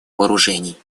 вооружений